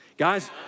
Guys